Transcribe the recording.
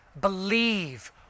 Believe